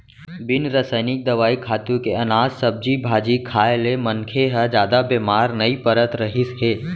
बिन रसइनिक दवई, खातू के अनाज, सब्जी भाजी खाए ले मनखे ह जादा बेमार नइ परत रहिस हे